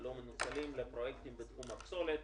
הלא מנוצלים לפרויקטים בתחום הפסולת,